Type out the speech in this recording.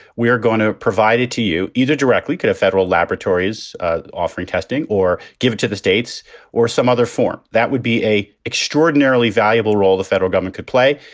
we are going to provide it to you either directly at a federal laboratories offering testing or give it to the states or some other form. that would be a extraordinarily valuable role the federal government could play.